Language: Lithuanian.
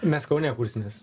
mes kaune kursimės